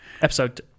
Episode